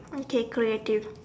okay creative